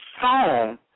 song